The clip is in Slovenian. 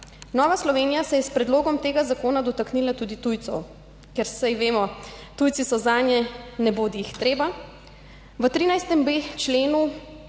Nova Slovenija se je s predlogom tega zakona dotaknila tudi tujcev. Ker, saj vemo, tujci so zanje nebodijihtreba. V 13.b členu